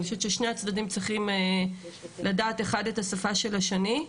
אני חושבת ששני הצדדים צריכים לדעת אחד את השפה של השני.